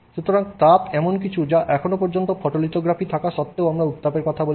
সুতরাং তাপ এমন কিছু যা এখন সমস্ত ফোটোলিথোগ্রাফি থাকা সত্ত্বেও আমরা উত্তাপের কথা বলছি